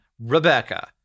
Rebecca